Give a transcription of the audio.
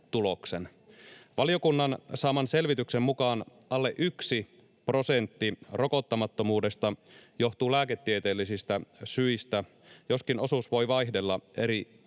Valiokunnan saaman selvityksen mukaan alle 1 prosentti rokottamattomuudesta johtuu lääketieteellisistä syistä, joskin osuus voi vaihdella eri